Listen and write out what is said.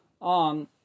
on